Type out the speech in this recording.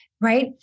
right